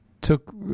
took